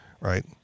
right